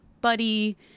Buddy